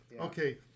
Okay